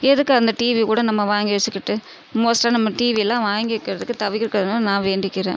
எதுக்கு அந்த டிவி கூட நம்ம வாங்கி வச்சுக்கிட்டு மோஸ்ட்டாக நம்ம டிவில்லாம் வாங்கி வைக்கறதுக்கு தவிர்க்கணும்னு நான் வேண்டிக்கிறேன்